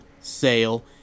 sale